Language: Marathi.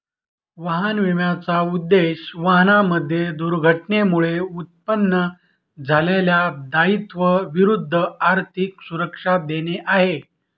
वाहन विम्याचा उद्देश, वाहनांमध्ये दुर्घटनेमुळे उत्पन्न झालेल्या दायित्वा विरुद्ध आर्थिक सुरक्षा देणे आहे